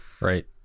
right